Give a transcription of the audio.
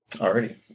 Already